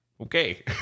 Okay